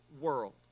world